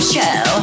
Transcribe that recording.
Show